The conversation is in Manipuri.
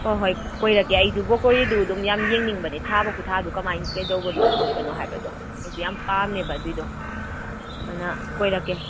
ꯍꯣꯏ ꯍꯣꯏ ꯀꯣꯏꯔꯛꯀꯦ ꯑꯩꯁꯨ ꯕ꯭ꯔꯣꯀꯣꯂꯤꯗꯨ ꯑꯗꯨꯝ ꯌꯥꯝ ꯌꯦꯡꯅꯤꯡꯕꯅꯦ ꯊꯥꯕ ꯈꯨꯊꯥꯗꯨ ꯀꯃꯥꯏꯅ ꯀꯩꯗꯧꯕꯅꯣ ꯈꯣꯠꯄꯅꯣ ꯍꯥꯏꯕꯗꯣ ꯑꯩꯁꯨ ꯌꯥꯝ ꯄꯥꯝꯃꯦꯕ ꯑꯗꯨꯏꯗꯣ ꯑꯗꯨꯅ ꯀꯣꯏꯔꯛꯀꯦ